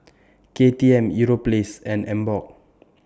K T M Europace and Emborg